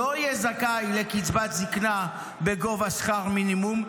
לא יהיה זכאי לקצבת זקנה בגובה שכר מינימום,